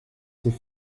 s’est